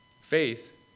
Faith